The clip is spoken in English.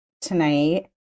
tonight